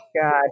God